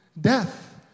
death